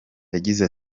yagize